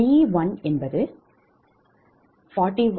எனவே b141 மற்றும் d10